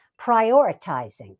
prioritizing